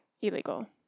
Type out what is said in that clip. illegal